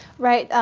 right.